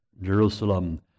Jerusalem